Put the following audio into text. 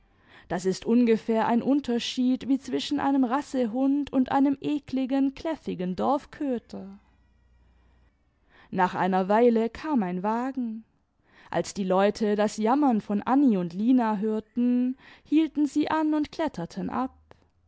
das ist ungefähr ein unterschied wie zwischen einem rassehund und einem ekligen kläffigen dorfköter nach einer weile kam ein wagen als die leute das jammern von anni und lina hörten hielten sie an und kletterten ab